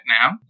now